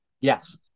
Yes